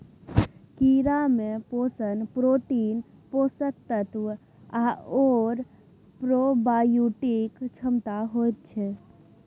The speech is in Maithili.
कीड़ामे पोषण प्रोटीन, पोषक तत्व आओर प्रोबायोटिक क्षमता होइत छै